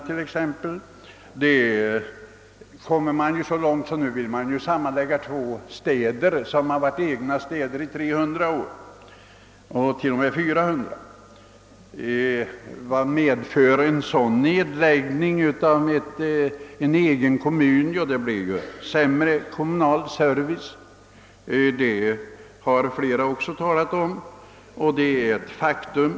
Där har vi nu kommit så långt, att man till och med vill sammanlägga två städer som har varit självständiga i 300 eller till och med 400 år. Vad medför ett sådant införlivande av en hel kommun med en annan? Jo, den kommunala servicen försämras, vilket också flera av de tidigare talarna berört.